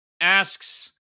asks